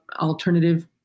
alternative